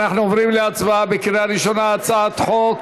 אנחנו עוברים להצבעה בקריאה ראשונה: הצעת חוק